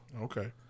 Okay